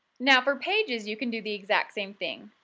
now for pages you can do the exact same thing.